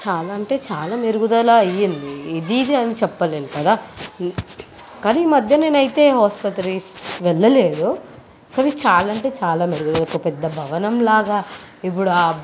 చాలా అంటే చాలా మెరుగుదల అయింది ఇది ఇది అని చెప్పలేము కదా కానీ ఈ మధ్య నేనైతే ఆసుపత్రి వెళ్ళలేదు కానీ చాలా అంటే చాలా మెరుగయింది ఒక పెద్ద భవనం లాగా ఇప్పుడు ఆ